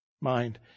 mind